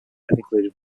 included